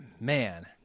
Man